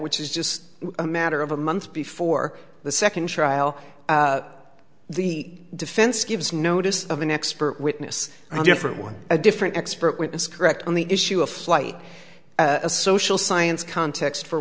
which is just a matter of a month before the second trial the defense gives notice of an expert witness a different one a different expert witness correct on the issue a flight a social science context for